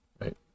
right